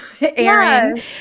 Aaron